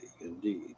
indeed